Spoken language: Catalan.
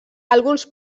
alguns